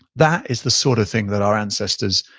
that is the sort of thing that our ancestors,